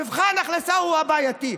מבחן ההכנסה הוא הבעייתי.